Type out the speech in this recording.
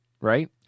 right